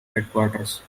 headquarters